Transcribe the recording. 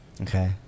Okay